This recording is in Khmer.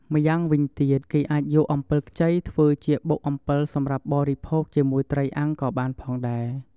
ម្យ៉ាងវិញទៀត គេអាចយកអំពិលខ្ចីធ្វើជាបុកអំពិលសម្រាប់បរិភោគជាមួយត្រីអាំងក៏បានផងដែរ។